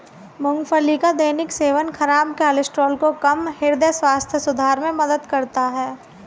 मूंगफली का दैनिक सेवन खराब कोलेस्ट्रॉल को कम, हृदय स्वास्थ्य सुधार में मदद करता है